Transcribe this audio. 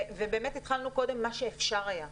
אכן התחלנו קודם במה שאפשר היה,